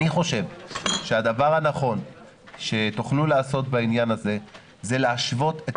אני חושב שהדבר הנכון שתוכלו לעשות בעניין הזה זה להשוות את